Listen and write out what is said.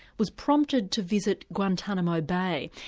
was prompted to visit guantanamo bay.